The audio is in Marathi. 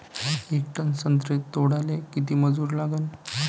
येक टन संत्रे तोडाले किती मजूर लागन?